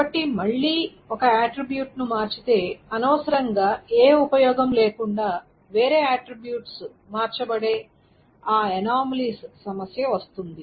కాబట్టి మళ్ళీ ఒక ఆట్రిబ్యూట్ ని మార్చితే అనవసరం గా ఏ ఉపయోగం లేకుండా వేరే ఆట్రిబ్యూట్స్ మార్చబడే ఆ అనామలీస్ సమస్య వస్తుంది